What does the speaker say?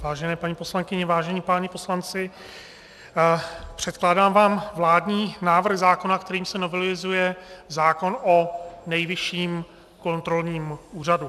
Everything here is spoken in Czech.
Vážené paní poslankyně, vážení páni poslanci, předkládám vám vládní návrh zákona, kterým se novelizuje zákon o Nejvyšším kontrolním úřadu.